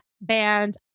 band